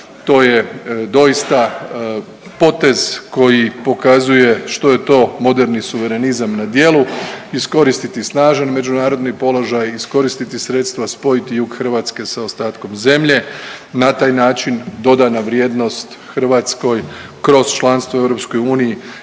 To je doista potez koji pokazuje što je to moderni suverenizam na djelu, iskoristiti snažan međunarodni položaj, iskoristiti sredstva, spojiti jug Hrvatske sa ostatkom zemlje. Na taj način dodana vrijednost Hrvatskoj kroz članstvo u